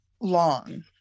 long